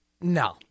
No